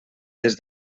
des